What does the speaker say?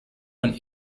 von